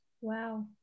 Wow